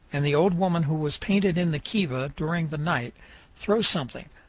and the old woman who was painted in the kiva during the night throws something,